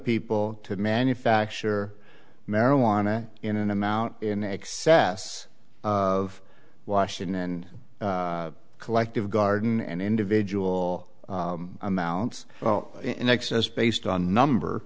people to manufacture marijuana in an amount in excess of washington and collective garden and individual amounts well in excess based on number